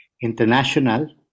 International